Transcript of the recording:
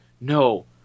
no